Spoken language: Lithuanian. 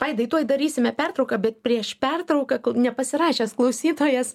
vaidai tuoj darysime pertrauką bet prieš pertrauką nepasirašęs klausytojas